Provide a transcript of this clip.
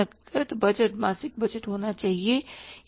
नकद बजट मासिक बजट होना चाहिए